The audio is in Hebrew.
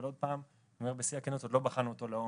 אבל עוד לא בחנו אותו לעומק.